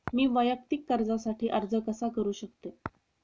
मी वैयक्तिक कर्जासाठी अर्ज कसा करु शकते?